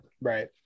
right